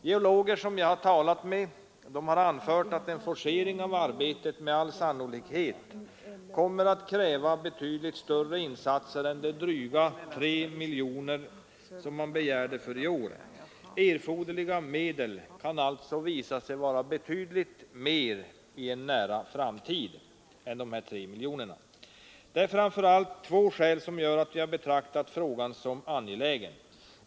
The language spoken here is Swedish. Geologer som jag har talat med har anfört att en forcering av arbetet med all sannolikhet kommer att kräva betydligt större insatser än de dryga 3 miljoner som SGU begärt för i år. ”Erforderliga medel” kan alltså visa sig vara betydligt mer i en nära framtid. Det är framför allt två skäl som gör att vi har betraktat frågan som angelägen.